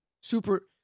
super